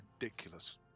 ridiculous